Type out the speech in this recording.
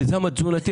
המיזם התזונתי,